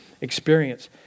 experience